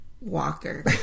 Walker